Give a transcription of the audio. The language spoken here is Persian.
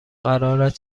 قرارت